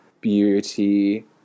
beauty